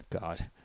God